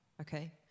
okay